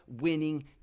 winning